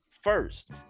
first